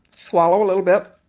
swallow a little bit,